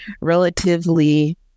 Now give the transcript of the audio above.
relatively